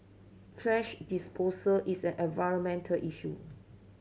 thrash disposal is an environmental issue